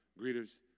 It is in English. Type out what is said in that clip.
greeters